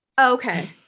Okay